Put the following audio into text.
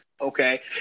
Okay